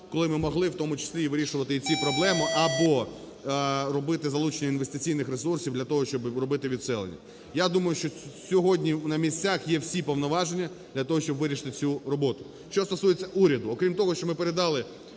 коли ми могли, в тому числі і вирішувати і ці проблеми або робити залучення інвестиційних ресурсів для того, щоб робити відселення. Я думаю, що сьогодні на місцях є всі повноваження для того, щоб вирішити цю роботу. Що стосується уряду, окрім того, що ми передали